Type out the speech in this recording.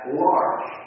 large